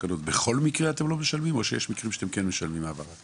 בכל מקרה אתם לא משלמים או שיש מקרה שאתם כן משלמים בגין ההעברה.